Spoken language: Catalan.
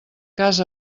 cas